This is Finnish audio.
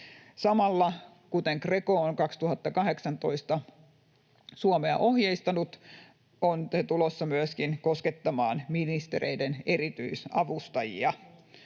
Samalla, kuten Greco on 2018 Suomea ohjeistanut, se on tulossa koskemaan myöskin ministereiden erityisavustajia,